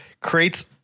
creates